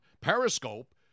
Periscope